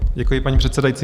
Děkuji, paní předsedající.